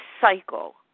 cycle